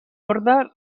orde